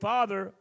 Father